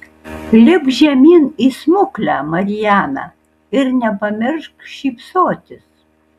lipk žemyn į smuklę mariana ir nepamiršk šypsotis